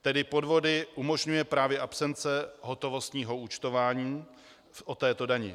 Tedy podvody umožňuje právě absence hotovostního účtování o této dani.